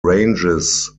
ranges